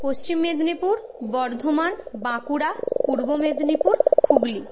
Paschim Medinipur Bardhaman Bankura Purba Medinipur Hooghly